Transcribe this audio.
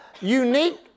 unique